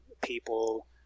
people